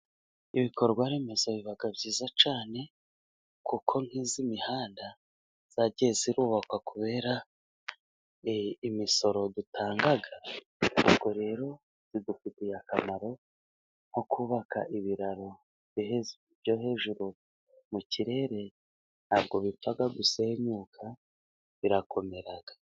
Ibikorwa remezo biba byiza cyane, kuko nk'iyi mihanda yagiye yubakwa kubera imisoro dutanga, ariko rero idufitiye akamaro, nko kubaka ibiraro, byo hejuru mu kirere, ntabwo bipfa gusenyuka, birakomera.